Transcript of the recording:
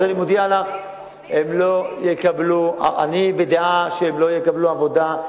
אני מודיע לך שאני בדעה שהם לא יקבלו עבודה,